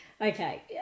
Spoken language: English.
okay